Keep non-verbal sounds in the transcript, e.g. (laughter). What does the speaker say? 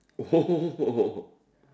oh (laughs)